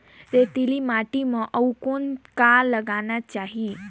रेतीली माटी म अउ कौन का लगाना चाही?